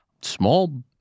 Small